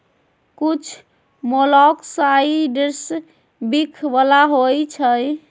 कुछ मोलॉक्साइड्स विख बला होइ छइ